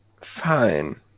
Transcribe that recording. fine